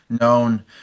known